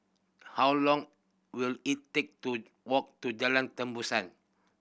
how long will it take to walk to Jalan Tembusu